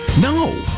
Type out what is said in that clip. No